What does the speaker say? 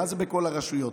מה זה בכל הרשויות?